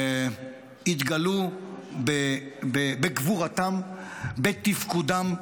התגלו בגבורתם, בתפקודם.